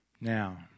Now